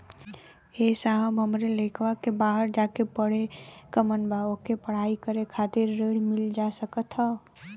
ए साहब हमरे लईकवा के बहरे जाके पढ़े क मन बा ओके पढ़ाई करे खातिर ऋण मिल जा सकत ह?